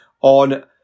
on